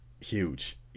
huge